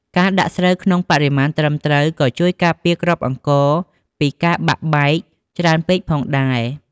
ការដាក់ស្រូវក្នុងបរិមាណត្រឹមត្រូវក៏ជួយការពារគ្រាប់អង្ករពីការបាក់បែកច្រើនពេកផងដែរ ។